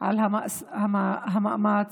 על המאמץ,